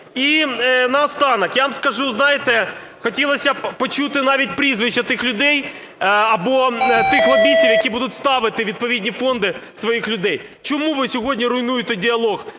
І наостанок, я вам скажу, знаєте хотілося б почути навіть прізвища тих людей або тих лобістів, які будуть ставити у відповідні фонди своїх людей. Чому ви сьогодні руйнуєте діалог